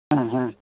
ᱦᱮᱸ ᱦᱮᱸ